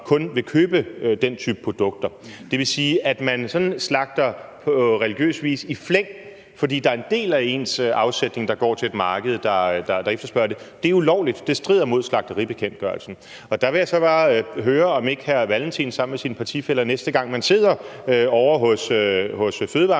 kun vil købe den type produkter. Det vil sige, at man slagter på religiøs vis i flæng, fordi der er en del af ens afsætning, der går til et marked, der efterspørger det. Det er ulovligt! Det strider imod slagteribekendtgørelsen. Der vil jeg så bare høre, om ikke hr. Carl Valentin sammen med sine partifæller, næste gang man sidder ovre hos